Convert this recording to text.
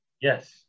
Yes